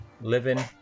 living